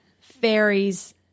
fairies